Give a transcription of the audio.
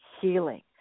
healing